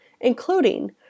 including